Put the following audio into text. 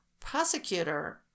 prosecutor